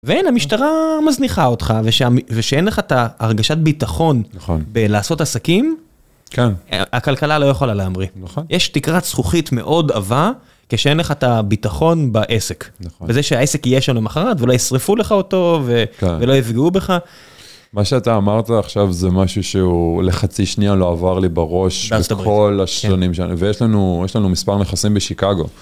ואין, המשטרה מזניחה אותך, ושאין לך את הרגשת ביטחון, נכון, לעשות עסקים, כן, הכלכלה לא יכולה להמריא. נכון. יש תקרה זכוכית מאוד עבה, כשאין לך את הביטחון בעסק. וזה שהעסק יהיה שלנו מחר, ולא ישרפו לך אותו, כן, ולא יפגעו בך. מה שאתה אמרת עכשיו זה משהו שהוא לחצי שניה לא עבר לי בראש, בארצות הברית, בכל השנים, ויש לנו מספר נכסים בשיקגו.